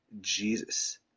Jesus